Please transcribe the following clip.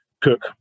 cook